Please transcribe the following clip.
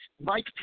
Mike